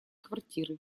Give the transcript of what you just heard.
квартиры